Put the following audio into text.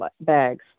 bags